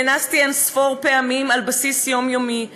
נאנסתי אין-ספור פעמים על בסיס יומיומי.